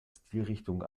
stilrichtung